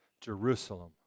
Jerusalem